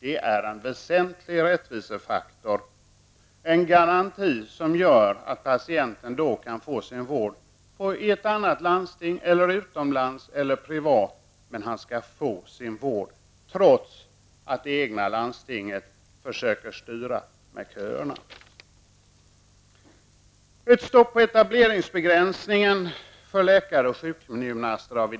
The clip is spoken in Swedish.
Det är en väsentlig rättvisefaktor, en garanti som gör att patienten kan få sin vård i ett annat landsting, utomlands eller privat -- men han skall få sin vård, trots att det egna landstinget försöker styra med köer. Vi har här många gånger diskuterat ett stopp för etableringsbegränsning för läkare och sjukgymnaster.